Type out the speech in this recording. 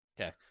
Okay